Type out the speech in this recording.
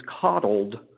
coddled